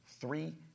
Three